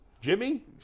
Jimmy